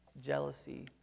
jealousy